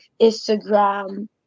instagram